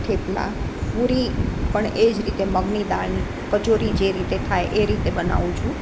થેપલા પૂરી પણ એ જ રીતે મગની દાળની કચોરી જે રીતે થાય એ રીતે બનાવું છું